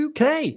UK